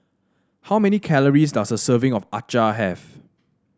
how many calories does a serving of acar have